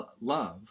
love